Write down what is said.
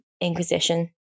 inquisition